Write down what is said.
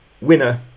winner